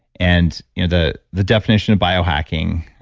and you know the the definition of biohacking,